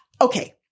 Okay